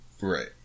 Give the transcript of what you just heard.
Right